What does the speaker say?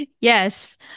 Yes